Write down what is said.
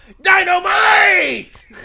Dynamite